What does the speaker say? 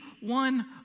one